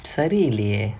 சரி இல்லயே:sari illayae